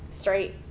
straight